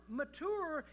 mature